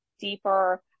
deeper